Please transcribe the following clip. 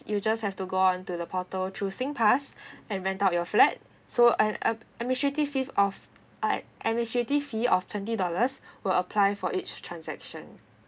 you just have to go on to the portal through singpass and rent out your flat so uh ad~ administrative fee of ad~ administrative fee of twenty dollars will apply for each transaction